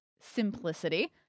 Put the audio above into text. simplicity